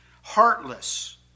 heartless